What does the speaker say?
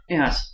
Yes